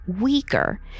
weaker